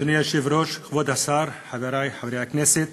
אדוני היושב-ראש, כבוד השר, חברי חברי הכנסת,